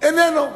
איננו.